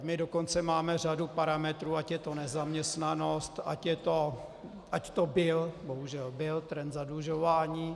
My dokonce máme řadu parametrů, ať je to nezaměstnanost, ať to byl, bohužel byl, trend zadlužování.